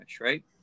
Right